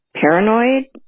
paranoid